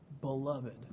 Beloved